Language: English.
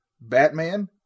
Batman